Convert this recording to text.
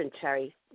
Cherry